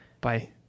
Bye